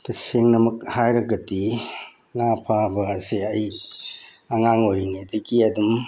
ꯇꯁꯦꯡꯅꯃꯛ ꯍꯥꯏꯔꯒꯗꯤ ꯉꯥ ꯐꯥꯕ ꯍꯥꯏꯕꯁꯤ ꯑꯩ ꯑꯉꯥꯡ ꯑꯣꯏꯔꯤꯉꯩꯗꯒꯤ ꯑꯗꯨꯝ